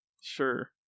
sure